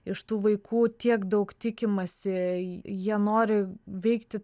iš tų vaikų tiek daug tikimasi jie nori veikti